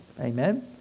Amen